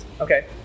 Okay